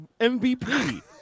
MVP